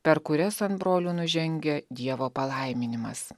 per kurias ant brolių nužengia dievo palaiminimas